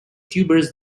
tubers